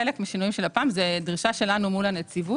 חלק מהשינויים זה דרישה שלנו מול הנציבות